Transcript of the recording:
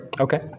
Okay